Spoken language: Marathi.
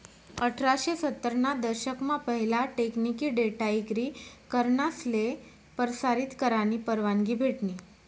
अठराशे सत्तर ना दशक मा पहिला टेकनिकी डेटा इक्री करनासले परसारीत करानी परवानगी भेटनी